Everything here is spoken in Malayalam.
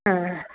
ആ